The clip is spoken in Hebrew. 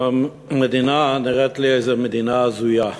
המדינה נראית לי איזו מדינה הזויה,